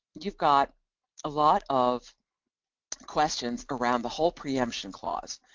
you've got a lot of questions around the whole preemption clause.